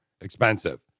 expensive